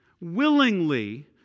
willingly